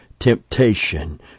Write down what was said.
temptation